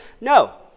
No